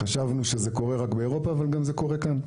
חשבנו שזה קורה רק באירופה, אבל זה גם קורה כאן.